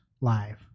live